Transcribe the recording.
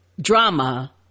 drama